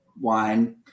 wine